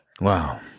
Wow